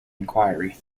inquiry